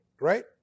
right